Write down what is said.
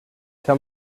tell